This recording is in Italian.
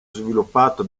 sviluppato